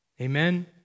Amen